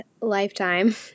lifetime